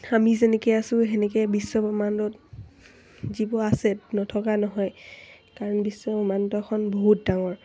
আমি যেনেকৈ আছো তেনেকেই বিশ্বব্ৰহ্মাণ্ডত যিবোৰ আছে নথকা নহয় কাৰণ বিশ্বব্ৰক্ষ্মাণ্ডখন বহুত ডাঙৰ